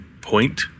point